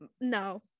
no